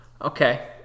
Okay